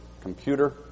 computer